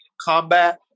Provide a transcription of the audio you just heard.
combat